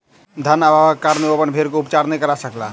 धन अभावक कारणेँ ओ अपन भेड़ के उपचार नै करा सकला